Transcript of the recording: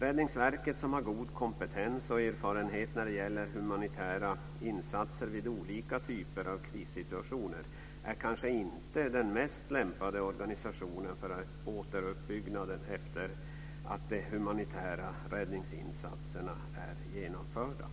Räddningsverket som har god kompetens och erfarenhet när det gäller humanitära insatser vid olika typer av krissituationer är kanske inte den mest lämpade organisationen för återuppbyggnaden efter att de humanitära räddningsinsatserna är genomförda.